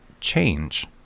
change